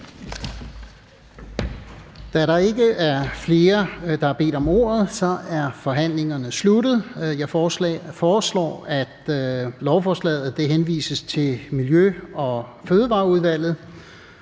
Der er ikke flere, der har bedt om ordet, og derfor er forhandlingen sluttet. Jeg foreslår, at lovforslaget henvises til Miljø- og Fødevareudvalget.